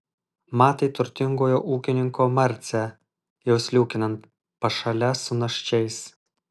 matė turtingojo ūkininko marcę jau sliūkinant pašale su naščiais